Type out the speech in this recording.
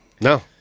no